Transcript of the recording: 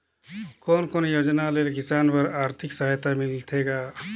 कोन कोन योजना ले किसान बर आरथिक सहायता मिलथे ग?